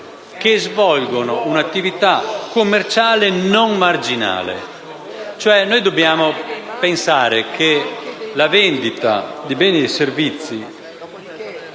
che svolgono un'attività commerciale non marginale. Dobbiamo pensare che la vendita di beni e servizi